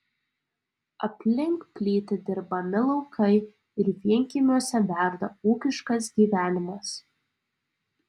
aplink plyti dirbami laukai ir vienkiemiuose verda ūkiškas gyvenimas